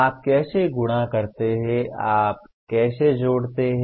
आप कैसे गुणा करते हैं आप कैसे जोड़ते हैं